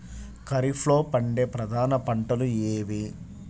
ఖరీఫ్లో పండే ప్రధాన పంటలు ఏవి?